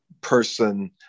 person